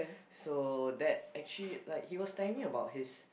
so that actually like he was telling about his